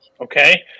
Okay